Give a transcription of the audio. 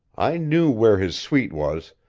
i knew where his suite was,